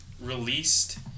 released